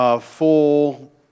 Full